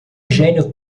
gênio